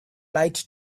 light